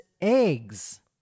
eggs